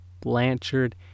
blanchard